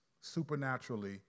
supernaturally